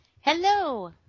Hello